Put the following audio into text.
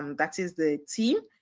um that is the team,